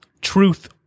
Truth